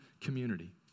community